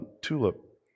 Tulip